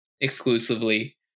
exclusively